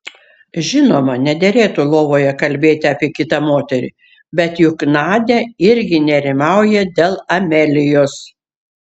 žinoma nederėtų lovoje kalbėti apie kitą moterį bet juk nadia irgi nerimauja dėl amelijos